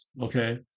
Okay